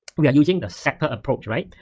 we are using the sector approach, right?